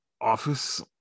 office